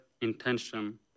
intention